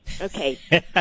Okay